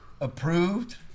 approved